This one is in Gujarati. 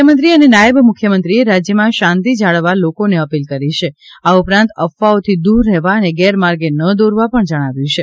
મુખ્યમંત્રી અને નાયબ મુખ્યમંત્રીએ રાજ્યમાં શાંતિ જાળવવા લોકોને અપીલ કરી છે આ ઉપરાંત અફવાઓથી દૂર રહેવી અને ગેરમાર્ગ ન દોરવા પણ જણાવ્યું છે